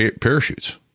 parachutes